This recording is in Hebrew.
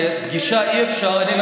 כשאתה רצית להיכנס כדי להראות,